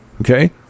Okay